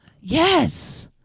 Yes